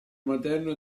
materno